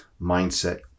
mindset